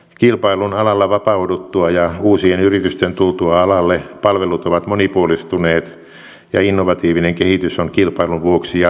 kilpailun vapauduttua alalla ja uusien yritysten tultua alalle palvelut ovat monipuolistuneet ja innovatiivinen kehitys on kilpailun vuoksi jatkuvaa